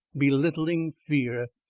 belittling fear,